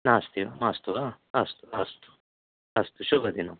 नास्ति मास्तु वा अस्तु अस्तु अस्तु शुभदिनम्